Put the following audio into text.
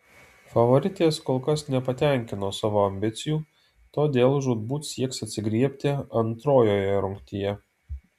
favoritės kol kas nepatenkino savo ambicijų todėl žūtbūt sieks atsigriebti antrojoje rungtyje